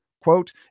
quote